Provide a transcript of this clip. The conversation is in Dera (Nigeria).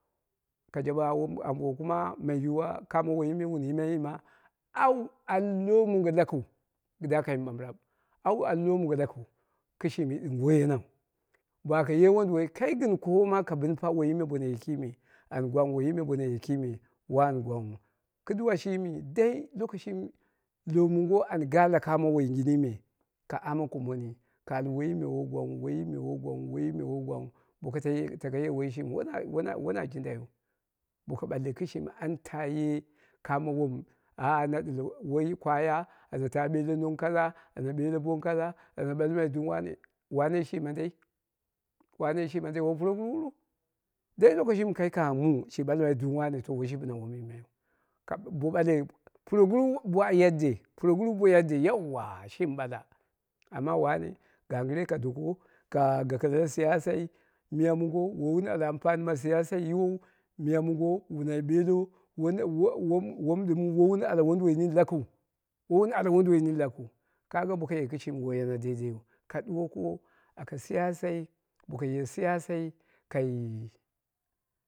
Ka jabe ambo, kuma mai yiwuwa kamo woiyi me wun yimaiyi ma au al lomongo lakiu kɨdda ka mɨɓambɨram au al lomongo lakiu kɨshimi ɗɨm woi yenau baka ye wondowoi kai gɨn koowo ma ka bɨm fa, woiyi me bono ye kime an gwang woiyi me bono ye kime an gwang nghu kɨduwa shimi dai lokoshi mɨ lomongo an ga la kamo woingini me, ka amme kumoni, ka al woiyi me woi gwangnghu, woiyi me woi gwang nghu, woiyi me woi gwangnghu, obo ko tako yi woiyi shimi woi na jindaiyu boko ɓalli an taye kamo wom ah na ɗil woi kwaya ta ɓelle long kaza an ɓelle nong kaza an ta ɓalli dim wane, wanei shi mandei wanei shi mandei woi purogururu dai lokoshi kai kangngha mu shi ɓalmai duu wane woi shi bɨna wom shi yimaiyu bo bale puroguru ba yadde, puro guru ba yadde yauwa shimi ɓala amma wane gangɨre ka doko ka gako la siyaso miya mongo wowun alla ampani ma siya sai yiwou, muya mongo wu nai ɓello wowom ɗɨm wowun ala wonduwoi lakiu, wowun ala wonduwoi nini lakiu kaga boko kɨshimi woi yena dei deiyu, ka ɗuwoko aka siyasori boko ye siyasai kai